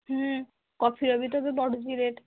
କଫିର ବି ତ ବହୁତ ବଢ଼ୁଛି ରେଟ୍